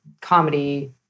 comedy